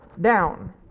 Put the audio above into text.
down